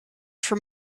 from